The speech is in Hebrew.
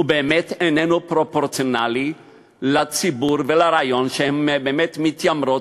והוא באמת איננו פרופורציונלי לציבור ולרעיון שהן באמת מתיימרות,